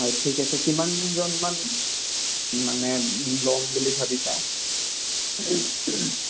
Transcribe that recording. হয় ঠিক আছে কিমানজনমান মানে ল'ম বুলি ভাবিছা